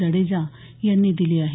जडेजा यांनी दिली आहे